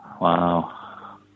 wow